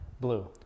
Blue